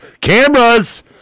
Cameras